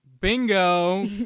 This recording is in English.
Bingo